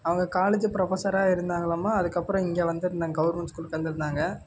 அவங்க காலேஜு ப்ரொஃபஸராக இருந்தாங்களாம் அதுக்கப்புறம் இங்கே வந்திருந்தாங்க கவர்மெண்ட் ஸ்கூலுக்கு வந்திருந்தாங்க